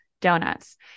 donuts